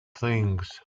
things